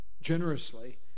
generously